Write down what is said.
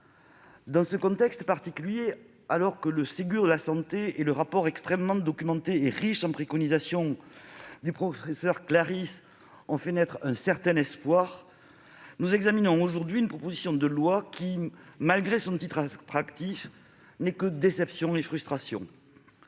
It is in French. Dans ce contexte particulier, alors que le Ségur de la santé et le rapport extrêmement documenté et riche en préconisations du professeur Claris ont fait naître un certain espoir, nous examinons une proposition de loi qui, malgré son titre attractif, ne suscite que déception et frustration.